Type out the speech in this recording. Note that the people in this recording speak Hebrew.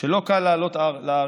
שלא קל לעלות לארץ.